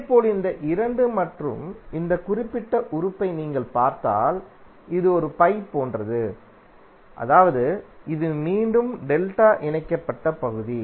இதேபோல் இந்த 2 மற்றும் இந்த குறிப்பிட்ட உறுப்பை நீங்கள் பார்த்தால் இது ஒரு பை போன்றது அதாவது இது மீண்டும் டெல்டா இணைக்கப்பட்ட பகுதி